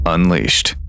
Unleashed